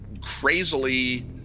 crazily